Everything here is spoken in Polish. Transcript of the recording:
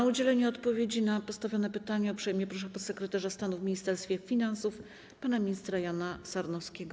O udzielenie odpowiedzi na postawione pytania uprzejmie proszę podsekretarza stanu w Ministerstwie Finansów pana ministra Jana Sarnowskiego.